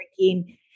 drinking